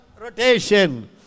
Rotation